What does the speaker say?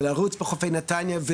לרוץ בחופי נתניהו,